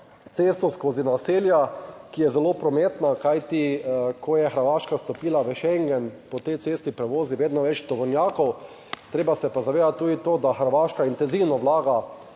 cesto skozi naselja, ki je zelo prometna, kajti ko je Hrvaška vstopila v Schengen, po tej cesti prevozi vedno več tovornjakov, treba se je pa zavedati tudi to, da Hrvaška intenzivno vlaga